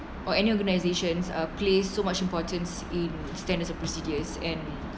or any organisations are placed so much importance in standards and procedures and